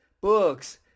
books